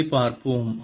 அதைப் பார்ப்போம்